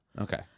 Okay